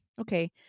okay